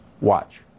Watch